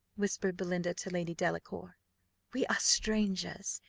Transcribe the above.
whispered belinda to lady delacour we are strangers,